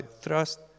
thrust